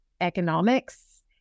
economics